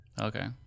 Okay